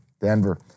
Denver